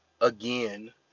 again